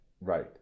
Right